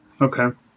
Okay